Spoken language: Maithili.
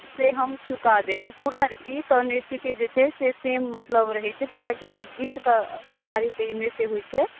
से हम चुका देब अइ पूरा गीत आओर नृत्यके जे छै से सेम मतलब रहैत छै पूरा गीतके आधारित ई नृत्य होइत छै